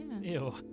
Ew